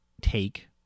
take